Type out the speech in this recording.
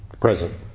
present